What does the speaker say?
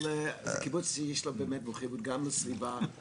אבל לקיבוץ יש באמת התחייבות גם לסביבה.